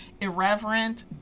irreverent